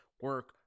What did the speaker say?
Work